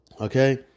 okay